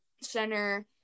center